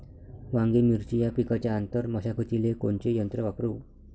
वांगे, मिरची या पिकाच्या आंतर मशागतीले कोनचे यंत्र वापरू?